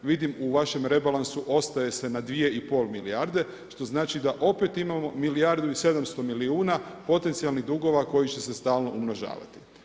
Vidim u vašem rebalansu ostaje se na 2,5 milijarde što znači da opet imamo milijardu i 700 milijuna potencijalnih dugova koji će se stalno umnožavati.